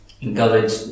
encourage